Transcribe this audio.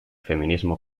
feminismo